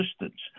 assistance